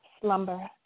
slumber